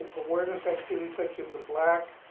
awareness activities, such as the black,